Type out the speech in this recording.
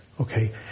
okay